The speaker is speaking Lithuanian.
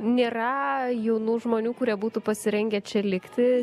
nėra jaunų žmonių kurie būtų pasirengę čia likti